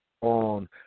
on